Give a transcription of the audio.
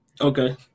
Okay